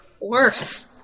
worse